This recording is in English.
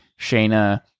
Shayna